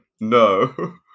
No